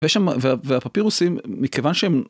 ויש שם, והפפירוסים מכיוון שהם...